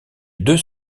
deux